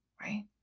right